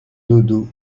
doudou